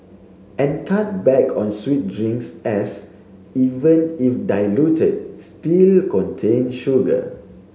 and cut back on sweet drinks as even if diluted still contain sugar